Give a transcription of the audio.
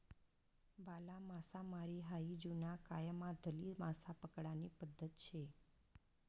भाला मासामारी हायी जुना कायमाधली मासा पकडानी पद्धत शे